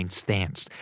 stance